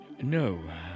No